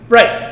Right